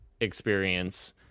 experience